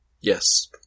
Yes